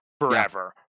forever